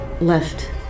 left